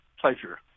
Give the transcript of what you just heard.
pleasure